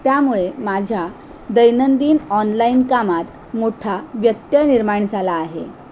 त्यामुळे माझ्या दैनंदिन ऑनलाईन कामात मोठा व्यत्यय निर्माण झाला आहे